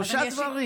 שלושה דברים.